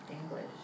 English